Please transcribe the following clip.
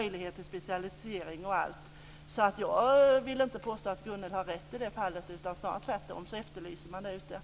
Jag vill inte påstå att Gunnel Wallin har rätt i det här fallet. Det är snarare tvärtom så att man efterlyser förändringar.